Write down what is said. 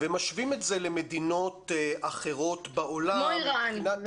ומשווים את זה למדינות אחרות בעולם מבחינת --- כמו אירן,